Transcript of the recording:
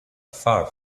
far